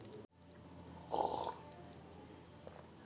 passbook ಅನ್ನುದು ಖಾತೆಯ ವೈವಾಟು ದಾಖಲೆ ಮಾಡ್ಲಿಕ್ಕೆ ಇರುವ ಒಂದು ಪುಸ್ತಕ